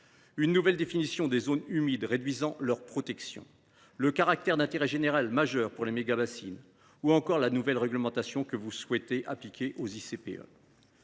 une nouvelle définition des zones humides, ce qui amoindrit leur protection, la reconnaissance d’un caractère d’intérêt général majeur pour les mégabassines ou encore la nouvelle réglementation que vous souhaitez appliquer aux ICPE.